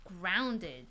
grounded